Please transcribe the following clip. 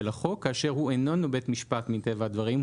החוק כאשר הוא אינו בית משפט מטבע הדברים,